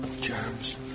Germs